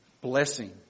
blessing